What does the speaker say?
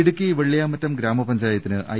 ഇടുക്കി വെള്ളിയാമറ്റം ഗ്രാമപഞ്ചായത്തിന് ഐ